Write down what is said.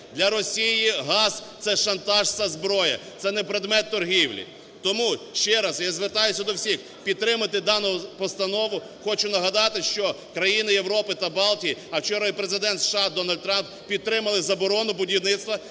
Для Росії газ – це шантаж, це зброя, це не предмет торгівлі". Тому ще раз я звертаюся до всіх підтримати дану постанову. Хочу нагадати, що країни Європи та Балтії, а вчора і Президент США Дональд Трамп, підтримали заборону будівництва,